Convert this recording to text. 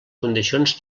condicions